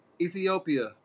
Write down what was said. Ethiopia